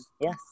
Yes